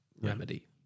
remedy